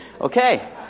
Okay